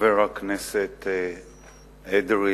חבר הכנסת אדרי,